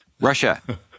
russia